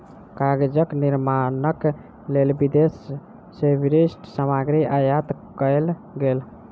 कागजक निर्माणक लेल विदेश से विशिष्ठ सामग्री आयात कएल गेल